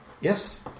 Yes